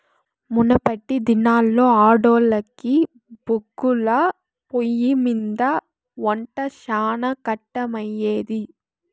మునపటి దినాల్లో ఆడోల్లకి బొగ్గుల పొయ్యిమింద ఒంట శానా కట్టమయ్యేది